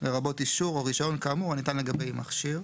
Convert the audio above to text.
לרבות אישור או רישיון כאמור הניתן לגבי מכשיר,